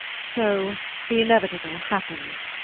so the inevitable happened.